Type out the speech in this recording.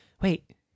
wait